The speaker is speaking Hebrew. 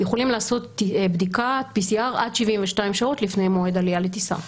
יכולים לעשות בדיקת PCR עד 72 שעות לפני מועד עלייה לטיסה.